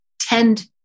tend